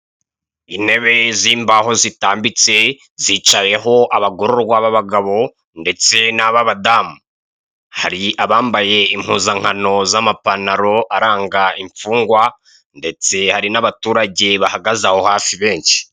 Intebe z'imbaho zitambitse zicayeho abagororwa babagabo, ndetse n'ababadamu. Hari abambaye impuzankano z'amapantalo aranga imfungwa ndetse hari n'abaturage bahagaze aho hafi benshi.